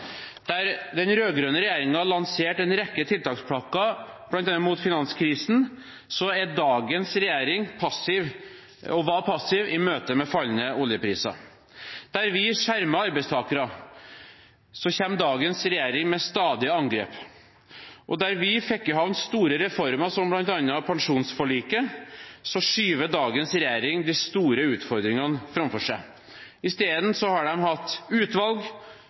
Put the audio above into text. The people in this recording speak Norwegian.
Der den rød-grønne regjeringen lanserte en rekke tiltakspakker, bl.a. mot finanskrisen, er dagens regjering passiv, og den var passiv i møtet med fallende oljepriser. Der vi skjermet arbeidstakere, kommer dagens regjering med stadige angrep. Og der vi fikk i havn store reformer som bl.a. pensjonsforliket, skyver dagens regjering de store utfordringene framfor seg. I stedet har de hatt utvalg,